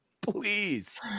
Please